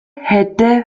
hätte